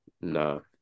No